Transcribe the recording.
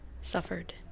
Suffered